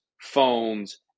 phones